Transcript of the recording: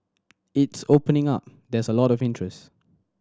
it's opening up there's lot of interest